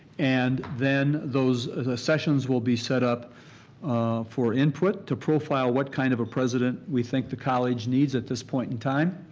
and then the ah sessions will be set up for input to profile what kind of a president we think the college needs at this point in time.